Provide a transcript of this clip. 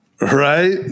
Right